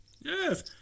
yes